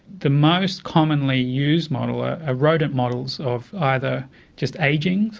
the most commonly used model are rodent models of either just ageing,